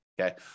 okay